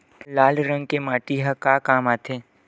लाल रंग के माटी ह का काम आथे?